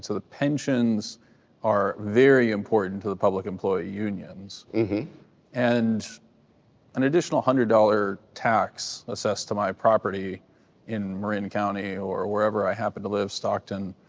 the pensions are very important to the public employee unions and an additional hundred dollar tax assessed to my property in marin county or wherever i happen to live, stockton,